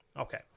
Okay